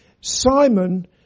Simon